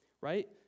Right